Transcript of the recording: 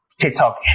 TikTok